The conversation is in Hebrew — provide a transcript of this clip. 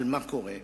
למה שקורה.